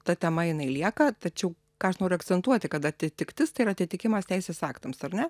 ta tema jinai lieka tačiau ką aš noriu akcentuoti kad atitiktis tai yra atitikimas teisės aktams ar ne